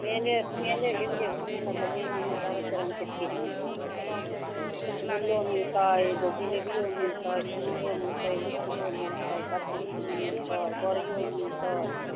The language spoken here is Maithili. मेले मेले गेलियै घुमे लऽ तऽ मेलामे तऽ अनेक रङ्गके चीज मिलै छै रसगुल्लो मिलतै जिलेबियो मिलतै सिङ्घारो मिलतै लीचियो मिलतै कचरियो मिलतै बड़ियो मिलतै